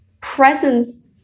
presence